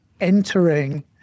entering